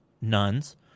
nuns